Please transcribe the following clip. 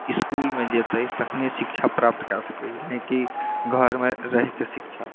इसकुलमे जेतै तखने शिक्षा प्राप्त कए सकइए नहि कि घरमे रहिकऽ शिक्षा